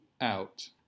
out